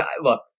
look